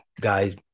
guys